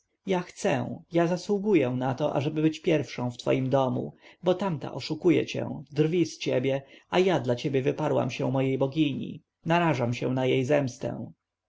ja chcę ja zasługuję na to ażeby być pierwszą w twoim domu bo tamta oszukuje cię drwi z ciebie a ja dla ciebie wyparłam się mojej bogini narażam się na jej zemstę